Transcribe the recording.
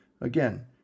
again